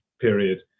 period